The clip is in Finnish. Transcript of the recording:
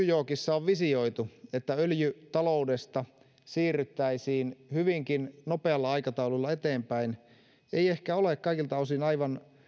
yorkissa on visioitu että öljytaloudesta siirryttäisiin hyvinkin nopealla aikataululla eteenpäin ei ehkä ole kaikilta osin aivan